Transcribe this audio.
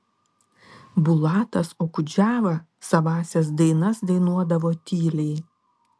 bulatas okudžava savąsias dainas dainuodavo tyliai